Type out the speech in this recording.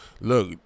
Look